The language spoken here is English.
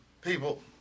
People